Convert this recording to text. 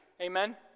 Amen